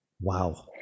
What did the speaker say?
Wow